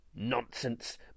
nonsense